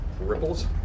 ripples